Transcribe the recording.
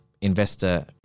investor